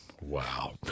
Wow